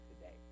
today